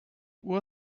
uhr